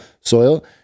soil